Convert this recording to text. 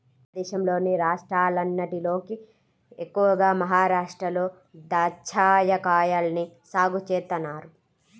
మన దేశంలోని రాష్ట్రాలన్నటిలోకి ఎక్కువగా మహరాష్ట్రలో దాచ్చాకాయల్ని సాగు చేత్తన్నారు